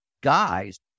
guys